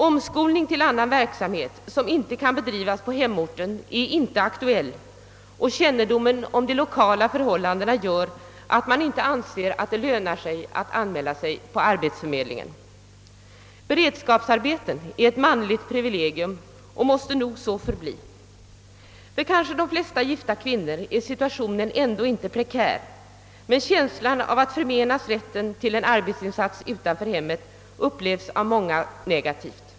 Omskolning till annan verksamhet som inte kan bedrivas på hem orten är inte aktueil, och kännedomen om de lokala förhållandena gör att man anser det lönlöst att anmäla sig på arbetsförmedlingen. Beredskapsarbeten är ett manligt privilegium och måste nog så förbli. För kanske de flesta gifta kvinnor är situationen ändå inte prekär, men känslan av att förmenas rätten till en arbetsinsats utanför hemmet upplevs av många negativt.